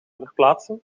verplaatsen